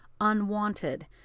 unwanted